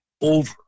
over